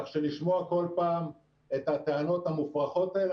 כך שלשמוע כל פעם את הטענות המופרכות האלה,